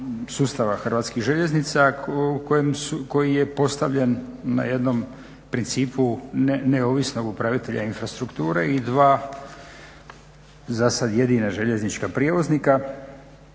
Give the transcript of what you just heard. sustava HŽ-a koji je postavljen na jednom principu neovisnog upravitelja infrastrukture i dva za sada jedina željeznička prijevoznika